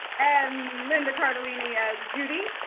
and linda cardellini as judy.